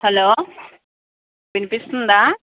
hello వినిపిస్తుందా